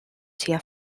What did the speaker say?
tua